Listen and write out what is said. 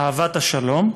אהבת השלום,